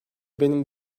benim